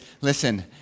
listen